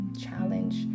challenge